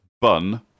bun